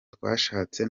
twashatse